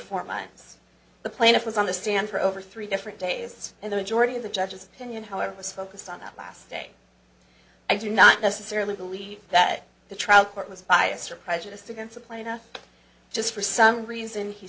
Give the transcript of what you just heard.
four months the plaintiff was on the stand for over three different days and the majority of the judge's opinion however was focused on that last day i do not necessarily believe that the trial court was bias or prejudiced against a plaintiff just for some reason he